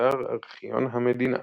באתר ארכיון המדינה